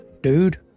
dude